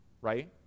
right